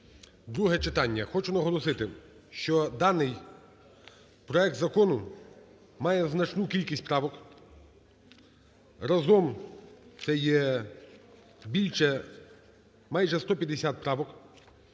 (друге читання). Хочу наголосити, що даний проект закону має значну кількість правок, разом це більше… майже 150 правок.